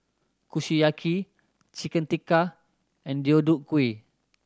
Kushiyaki Chicken Tikka and Deodeok Gui